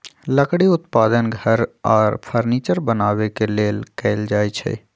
लकड़ी उत्पादन घर आऽ फर्नीचर बनाबे के लेल कएल जाइ छइ